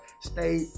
stay